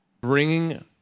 bringing